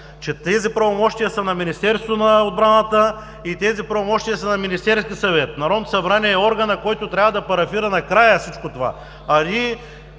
че тези правомощия са на Министерството на отбраната и тези правомощия са на Министерския съвет. Народното събрание е органът, който трябва да парафира накрая всичко това. А